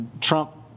Trump